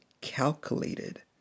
calculated